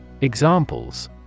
Examples